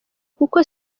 kuko